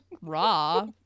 raw